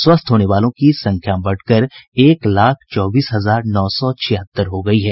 स्वस्थ होने वालों की संख्या बढ़कर एक लाख चौबीस हजार नौ सौ छिहत्तर हो गयी है